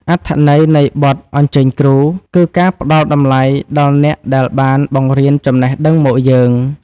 អត្ថន័យនៃបទអញ្ជើញគ្រូ គឺការផ្ដល់តម្លៃដល់អ្នកដែលបានបង្រៀនចំណេះដឹងមកយើង។